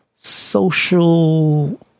social